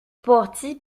parti